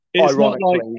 Ironically